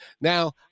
Now